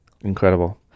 incredible